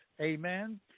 Amen